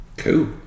Cool